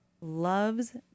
loves